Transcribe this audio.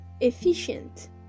efficient